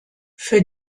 für